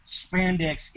spandex